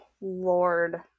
lord